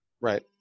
Right